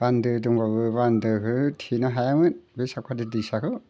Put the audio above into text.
बान्दो दंबाबो बान्दोखौ थेनो हायामोन बै साबखाथि दैसाखौ